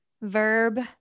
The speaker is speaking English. Verb